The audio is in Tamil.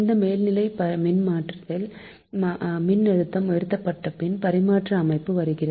இந்த மேல்நிலை மின்மாற்றியில் மின்னழுத்தம் உயர்த்தப்பட்ட பின் பரிமாற்ற அமைப்பு வருகிறது